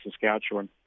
Saskatchewan